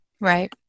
Right